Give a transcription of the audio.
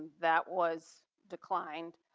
that was declined.